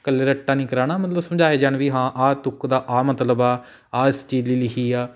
ਕੱਲਾ ਰੱਟਾ ਨਹੀਂ ਕਰਾਉਣਾ ਮਤਲਬ ਸਮਝਾਏ ਜਾਣ ਵੀ ਹਾਂ ਆਹ ਤੁੱਕ ਦਾ ਆਹ ਮਤਲਬ ਆ ਆ ਇਸ ਚੀਜ਼ ਲਈ ਲਿਖੀ ਆ